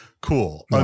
cool